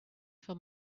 for